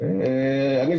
שוב